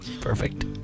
Perfect